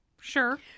sure